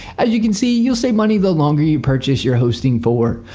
as you can see you'll save money the longer, you purchase your hosting for.